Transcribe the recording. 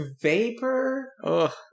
vapor